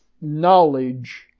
knowledge